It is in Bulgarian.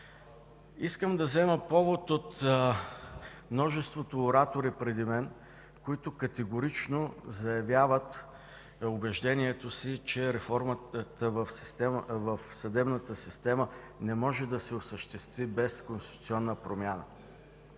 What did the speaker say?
Искам да взема повод от множеството оратори преди мен, които категорично заявяват убеждението си, че реформата в съдебната система не може да се осъществи без конституционна промяна.